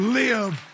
live